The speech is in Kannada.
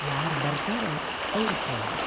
ಯಾರು ಬರ್ತಾರೆ ಅವ್ರ ಫ್ರೆಂಡ್